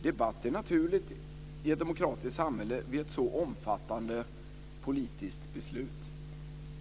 Det är naturligt med debatt i ett demokratiskt samhälle vid ett så omfattande politiskt beslut.